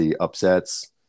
upsets